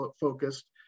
focused